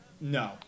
no